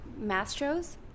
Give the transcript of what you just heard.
Mastro's